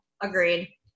Agreed